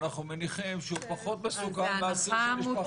אנחנו מניחים שהוא פחות מסוכן מאסיר שנשפט